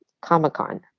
Comic-Con